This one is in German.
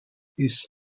ist